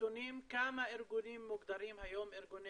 נתונים כמה ארגונים מוגדרים היום ארגוני